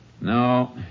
No